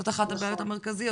זאת אחת הבעיות המרכזיות.